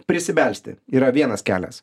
prisibelsti yra vienas kelias